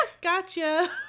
gotcha